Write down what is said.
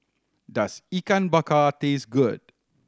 does Ikan Bakar taste good